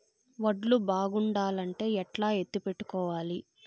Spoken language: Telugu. వడ్లు బాగుండాలంటే ఎట్లా ఎత్తిపెట్టుకోవాలి?